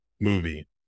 movie